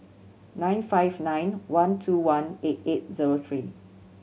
nine five nine one two one eight eight zero three